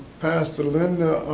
pastor linda,